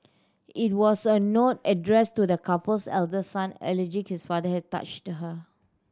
it was a note addressed to the couple's eldest son alleging his father had touched her